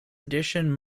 addition